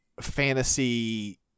fantasy